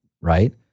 right